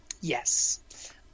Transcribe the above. yes